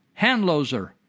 Hanloser